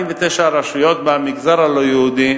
49 רשויות מהמגזר הלא-יהודי,